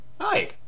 Hi